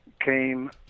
came